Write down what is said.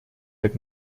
так